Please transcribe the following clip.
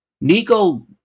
Nico